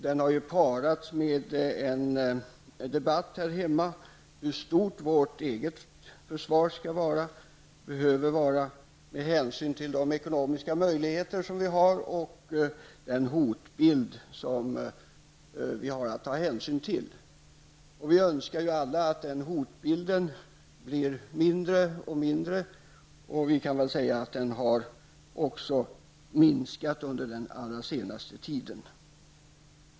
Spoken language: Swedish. Det har parats med en debatt här hemma om hur stort vårt eget försvar skall vara, eller behöver vara med hänsyn till de ekonomiska möjligheter vi har och den hotbild som vi har att ta hänsyn till. Vi önskar alla att den hotbilden blir mindre, och den har väl också minskat under den allra senaste tiden.